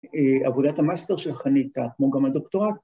עבודת המאסטר של חניתה, כמו גם הדוקטורט